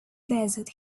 desert